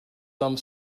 some